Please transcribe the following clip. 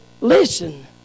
listen